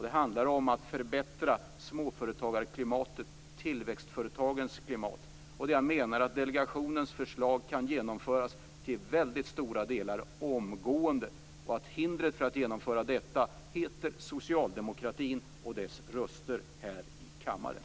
Det handlar om att förbättra småföretagarklimatet, tillväxtföretagens klimat. Där menar jag att delegationens förslag till väldigt stora delar kan genomföras omgående och att hindret för att genomföra detta är socialdemokratin och dess röster här i kammaren.